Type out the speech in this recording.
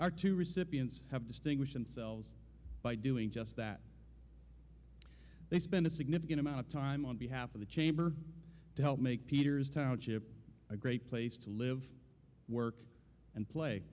to recipients have distinguished themselves by doing just that they spent a significant amount of time on behalf of the chamber to help make peter's township a great place to live work and play